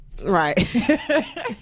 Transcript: Right